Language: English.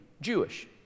Jewish